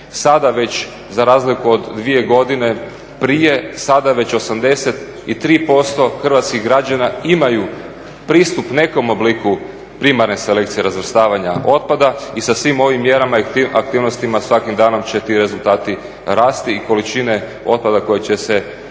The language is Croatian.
Sada već za razliku od dvije godine prije, sada već 83% hrvatskih građana imaju pristup nekom obliku primarne selekcije razvrstavanja otpada i sa svim ovim mjerama i aktivnostima svakim danom će ti rezultati rasti i količine otpada koje će se reciklirati